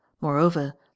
moreover